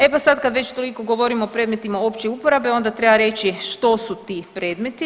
E pa sad kad već toliko govorimo o predmetima opće uporabe onda treba reći što su ti predmeti.